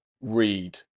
read